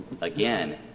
again